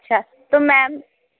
अच्छा तो मैम